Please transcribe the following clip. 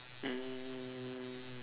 um